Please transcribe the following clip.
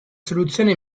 soluzione